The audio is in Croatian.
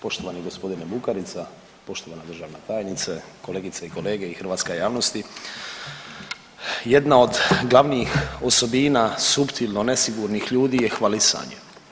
Poštovani gospodine Bukarica, poštovana državna tajnice, kolegice i kolege i hrvatska javnosti, jedna od glavnih osobina suptilno nesigurnih ljudi je hvalisanje.